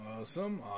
Awesome